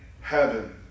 heaven